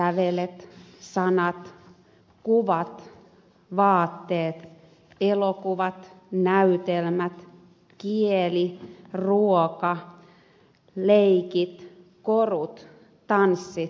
sävelet sanat kuvat vaatteet elokuvat näytelmät kieli ruoka leikit korut tanssit ja rakennukset